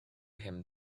him